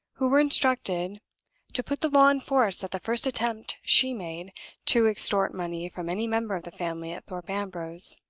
who were instructed to put the law in force at the first attempt she made to extort money from any member of the family at thorpe ambrose.